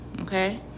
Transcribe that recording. okay